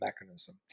mechanism